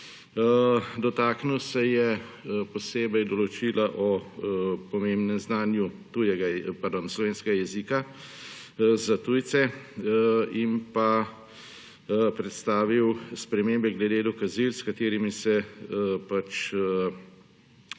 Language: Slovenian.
Dotaknil se je posebej določila o pomembnem znanju slovenskega jezika za tujce in predstavil spremembe glede dokazil, s katerimi se